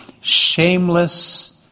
shameless